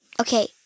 Okay